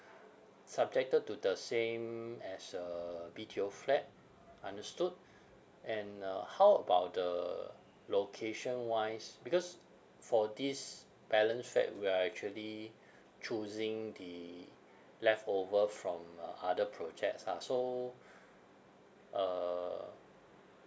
subjected to the same as a B_T_O flat understood and uh how about the location wise because for this balance flat we are actually choosing the leftover from uh other projects ah so uh